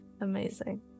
amazing